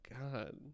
God